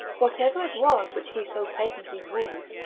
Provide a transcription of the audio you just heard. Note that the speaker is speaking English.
whatever it was which he so patiently wooed,